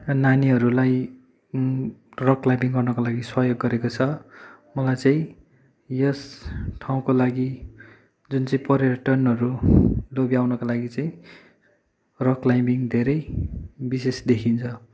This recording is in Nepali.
नानीहरूलाई रक् क्लाइम्बिङ गर्नुका लागि सहयोग गरेको छ मलाई चाहिँ यस ठाँउको लागि जुन चाहिँ पर्यटनहरू लोभ्याउनुको लागि चाहिँ रक् क्लाइम्बिङ धेरै विशेष देखिन्छ